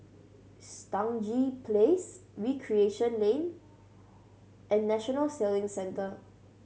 Stangee Place Recreation Lane and National Sailing Centre